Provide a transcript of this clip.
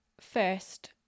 first